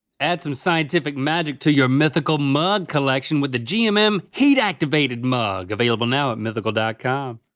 add some scientific magic to your mythical mug collection with the gmm um um heat-activated mug! available now at mythical ah com.